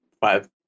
five